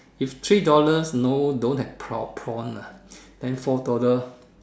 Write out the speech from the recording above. if three dollars no don't have pra~ prawn ah then four dollars